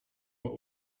what